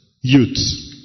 youths